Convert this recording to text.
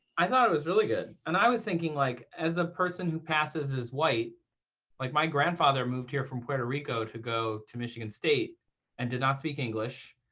i thought it was really good. and i was thinking, like as a person who passes as white like my grandfather moved here from puerto rico to go to michigan state and did not speak english.